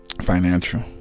financial